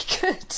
good